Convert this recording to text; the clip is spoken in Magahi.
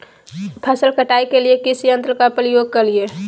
फसल कटाई के लिए किस यंत्र का प्रयोग करिये?